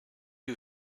who